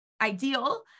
ideal